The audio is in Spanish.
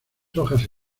hojas